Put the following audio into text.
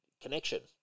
connection